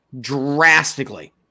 drastically